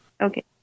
Okay